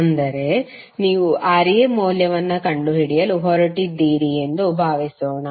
ಅಂದರೆ ನೀವು Ra ಮೌಲ್ಯವನ್ನು ಕಂಡುಹಿಡಿಯಲು ಹೊರಟಿದ್ದೀರಿ ಎಂದು ಭಾವಿಸೋಣ